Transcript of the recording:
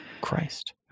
Christ